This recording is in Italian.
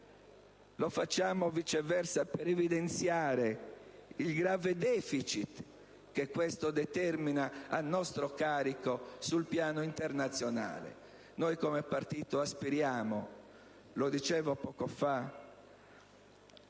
Lo facciamo, viceversa, per evidenziare il grave deficit che ciò determina a nostro carico sul piano internazionale. Noi come partito, lo dicevo poco fa,